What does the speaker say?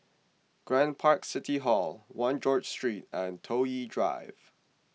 Grand Park City Hall one George Street and Toh Yi Drive